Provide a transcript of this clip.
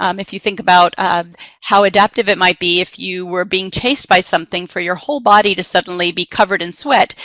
um if you think about um how adaptive it might be if you were being chased by something for your whole body to suddenly be covered in sweat,